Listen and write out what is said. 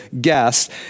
guest